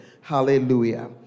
Hallelujah